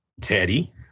Teddy